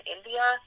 India